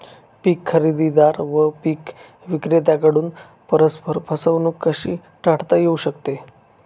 पीक खरेदीदार व पीक विक्रेत्यांकडून परस्पर फसवणूक कशी टाळता येऊ शकते?